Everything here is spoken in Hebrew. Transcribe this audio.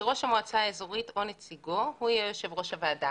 שראש המועצה האזורית או נציגו הוא יהיה יושב ראש הוועדה.